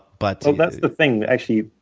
but. well, that's the thing, actually.